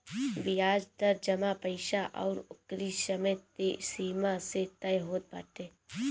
बियाज दर जमा पईसा अउरी ओकरी समय सीमा से तय होत बाटे